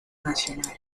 nacional